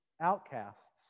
outcasts